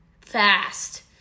fast